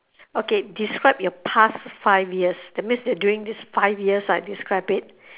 okay describe your past five years that means that during these five years right describe it